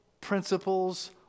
principles